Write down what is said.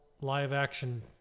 live-action